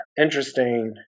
interesting